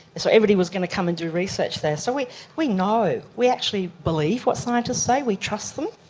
so everybody was going to come and do research there. so we we know, we actually believe what scientists say, we trust them.